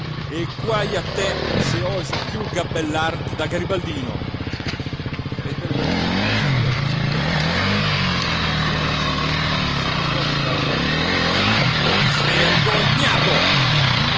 e guaj a te se osi piú gabellarti da garibaldino e il bellone s'avviò di furia verso la porta prima d'uscire si voltò a gridargli di nuovo svergognato